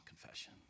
confession